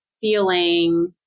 feeling